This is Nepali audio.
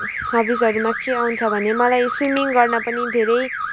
हबिजहरूमा के आउँछ भने मलाई स्विमिङ गर्न पनि धेरै